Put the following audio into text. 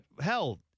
hell